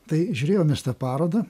tai žiūrėjom mes tą parodą